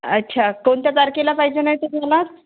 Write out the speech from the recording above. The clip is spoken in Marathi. अच्छा कोणत्या तारखेला पाहिजे नाही तर तुम्हाला